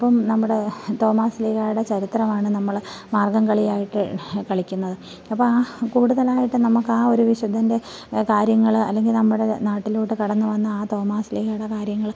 അപ്പം നമ്മുടെ തോമാശ്ലീഹയുടെ ചരിത്രമാണ് നമ്മൾ മാർഗംകളിയായിട്ട് കളിക്കുന്നത് അപ്പം ആ കൂടുതലായിട്ട് നമുക്കാ ഒരു വിശുദ്ധൻ്റെ കാര്യങ്ങൾ അല്ലെങ്കിൽ നമ്മുടെ നാട്ടിലോട്ട് കടന്നുവന്ന ആ തോമാശ്ലീഹയുടെ കാര്യങ്ങൾ